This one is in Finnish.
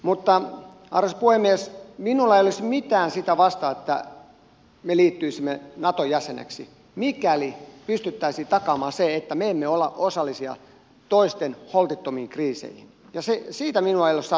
mutta arvoisa puhemies minulla ei olisi mitään sitä vastaan että me liittyisimme naton jäseneksi mikäli pystyttäisiin takaamaan se että me emme ole osallisia toisten holtittomiin kriiseihin ja siitä minua ei ole saatu vakuutettua